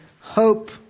hope